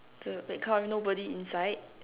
the a red car with nobody inside